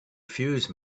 fuse